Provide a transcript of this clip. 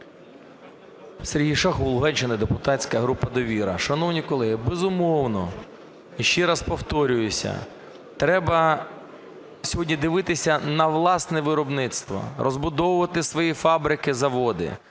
Сергій Шахов, Луганщина, депутатська група "Довіра". Шановні колеги, безумовно, ще раз повторююсь, треба сьогодні дивитися на власне виробництво, розбудовувати свої фабрики, заводи,